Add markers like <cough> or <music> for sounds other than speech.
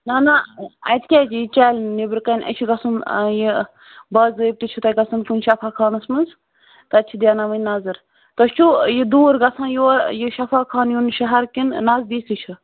نہ نہ اَتہِ کیٛاہ دی چانہِ نیٚبرٕکَنۍ یہِ چھِ گژھُن یہِ باضٲبطہٕ چھُ تَتٮ۪تھ <unintelligible> شفا خانَس منٛز تَتہِ چھِ دیناوٕنۍ نظر تۄہہِ چھُو یہِ دوٗر گژھان یور یہِ شفا خانہٕ یُن شہر کِنہٕ نزدیٖکٕے چھُ